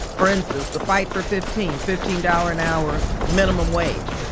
for instance, the fight for fifteen. fifteen dollars an hour minimum wage,